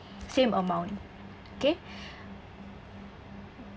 same amount okay